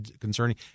concerning